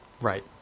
Right